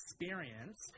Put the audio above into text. experience